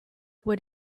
what